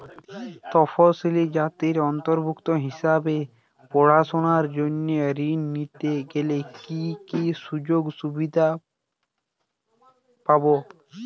তফসিলি জাতির অন্তর্ভুক্ত হিসাবে পড়াশুনার জন্য ঋণ নিতে গেলে কী কী সুযোগ সুবিধে পাব?